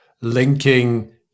linking